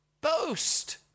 boast